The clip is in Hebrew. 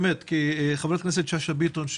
חברת הכנסת שאשא ביטון,